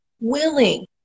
willing